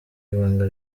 ibanga